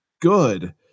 good